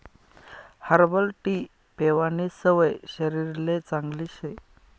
herbal tea पेवानी सवय शरीरले चांगली शे